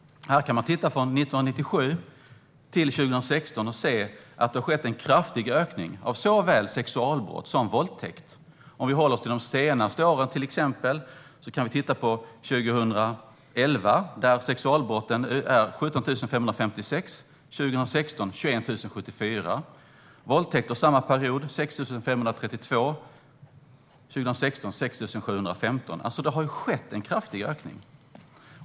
Man kan se vad som hände mellan 1997 och 2016: en kraftig ökning av såväl sexualbrott som våldtäkt. Om vi håller oss till de senaste åren kan vi till exempel titta på 2011, då antalet sexualbrott var 17 556. 2016 var det 21 074. Antalet våldtäkter var under samma period 6 532 respektive 6 715. Det har alltså skett en kraftig ökning.